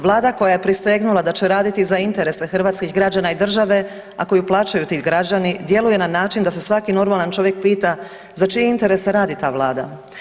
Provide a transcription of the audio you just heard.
Vlada koja je prisegnula da će raditi za interese hrvatskih građana i države, a koju plaćaju ti građani djeluje na način da se svaki normalan čovjek pita za čije interese radi ta Vlada.